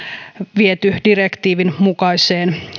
viety direktiivin mukaiseen